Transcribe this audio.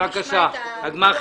בוא נשמע אותם.